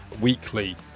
weekly